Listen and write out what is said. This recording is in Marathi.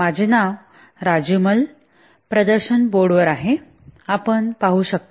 माझे नाव राजीब मल्ल प्रदर्शन बोर्ड वर आहे आपण पाहू शकता